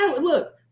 Look